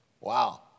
wow